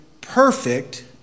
perfect